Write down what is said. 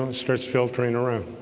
um starts filtering around